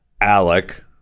alec